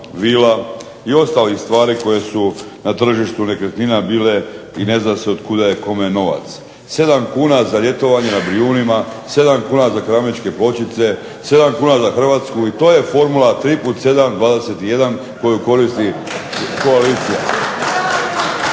i ostalih stvari koje su na tržištu nekretnina bile i ne zna se od kuda je novac. 7 kuna za ljetovanje na Brijunima, 7 kuna za keramičke pločice, 7 kuna za Hrvatsku i to je formula 3 puta 7 21 koju koristi koalicija.